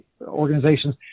organizations